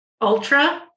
ULTRA